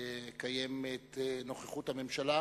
לקיים את נוכחות הממשלה,